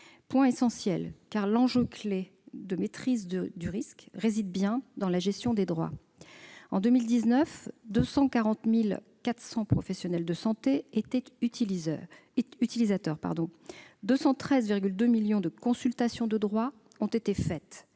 point essentiel, car l'enjeu clé pour la maîtrise du risque réside bien dans la gestion des droits. En 2019, 240 400 professionnels de santé étaient utilisateurs et 213,2 millions de consultations des droits ont été faites.